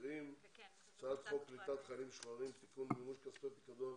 ואחרים - הצעת חוק קליטת חיילים משוחררים (תיקון - מימוש כספי פיקדון